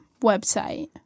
website